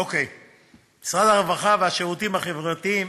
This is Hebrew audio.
1. משרד הרווחה והשירותים החברתיים